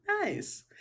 Nice